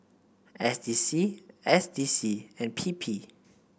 S D C S D C and P P